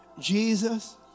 Jesus